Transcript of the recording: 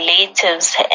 relatives